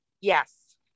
Yes